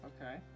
Okay